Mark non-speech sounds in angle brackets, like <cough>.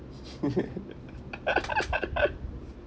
<laughs>